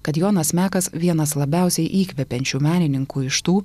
kad jonas mekas vienas labiausiai įkvepiančių menininkų iš tų